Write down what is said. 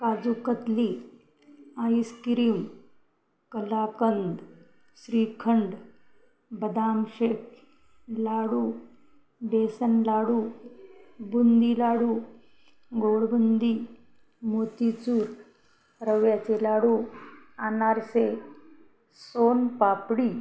काजूकतली ice cream कलाकंद श्रीखंड बदाम शेक लाडू बेसन लाडू बुंदी लाडू गोडबुंदी मोतीचूर रव्याचे लाडू आनारसे सोनपापडी